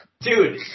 Dude